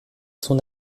son